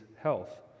health